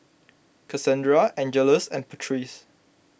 Casandra Angeles and Patrice